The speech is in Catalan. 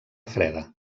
freda